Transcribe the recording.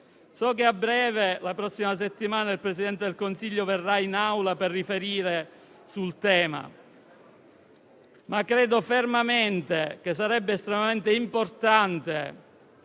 So che a breve, la prossima settimana, il Presidente del Consiglio verrà in Aula per riferire sul tema, ma credo fermamente che sarebbe estremamente importante